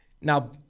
Now